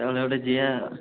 ତା ମାନେ ଗୋଟେ ଯିବା